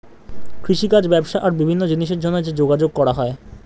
কৃষিকাজ, ব্যবসা আর বিভিন্ন জিনিসের জন্যে যে যোগাযোগ করা হয়